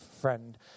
friend